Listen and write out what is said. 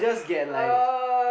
uh